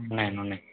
ఉన్నాయండి ఉన్నాయి